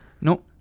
no